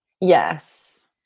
Yes